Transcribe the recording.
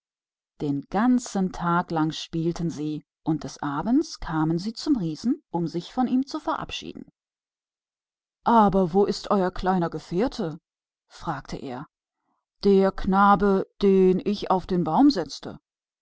den ganzen tag spielten sie und am abend kamen sie zum riesen und sagten ihm eine gute nacht aber wo ist denn euer kleiner kamerad fragte er der junge dem ich auf den baum